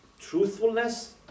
Truthfulness